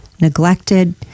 neglected